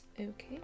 Okay